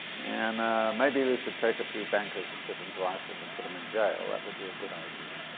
and maybe we should take a few bankers and ship em to iceland and put em in jail. that would be a good idea.